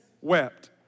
wept